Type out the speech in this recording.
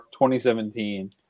2017